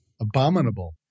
abominable